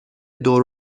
دور